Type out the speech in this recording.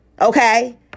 Okay